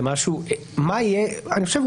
אני חושב,